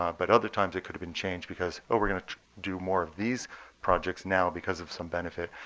but other times it could have been changed because oh, we're going to do more of these projects now because of some benefit,